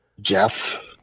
Jeff